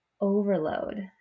overload